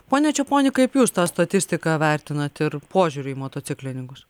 pone čeponi kaip jūs tą statistiką vertinat ir požiūrį į motociklininkus